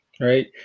right